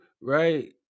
right